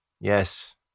Yes